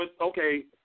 okay